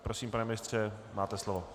Prosím, pane ministře, máte slovo.